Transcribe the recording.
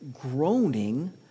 groaning